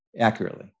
accurately